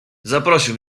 zaprosił